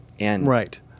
Right